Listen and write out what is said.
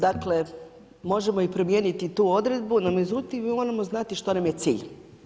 Dakle, možemo i promijeniti tu odredbu no međutim mi moramo znati što nam je cilj.